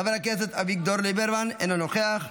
חבר הכנסת אביגדור ליברמן, אינו נוכח,